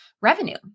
revenue